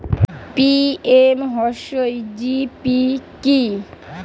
PMEGP কি?